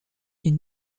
est